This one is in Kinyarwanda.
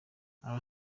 aha